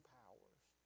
powers